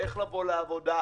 איך לבוא לעבודה,